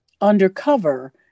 undercover